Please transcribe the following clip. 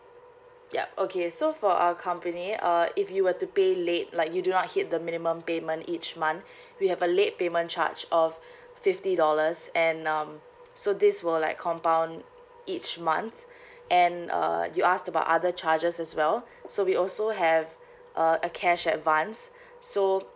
yup okay so for our company uh if you were to pay late like you do not hit the minimum payment each month we have a late payment charge of fifty dollars and um so this will like compound each month and uh you asked about other charges as well so we also have uh a cash advance so